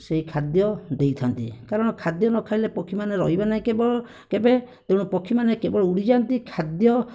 ସେଇ ଖାଦ୍ୟ ଦେଇଥାନ୍ତି କାରଣ ଖାଦ୍ୟ ନ ଖାଇଲେ ପକ୍ଷୀମାନେ ରହିବେ ନାହିଁ କେବେ ପକ୍ଷୀମାନେ କେବେଳ ଉଡ଼ିଯାଆନ୍ତି ଖାଦ୍ୟ